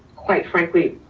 quite frankly,